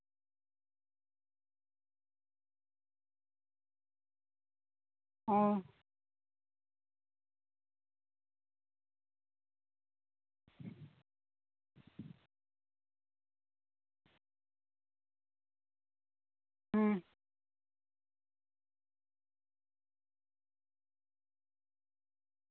ᱦᱮᱸ ᱦᱩᱸ